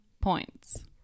points